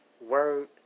word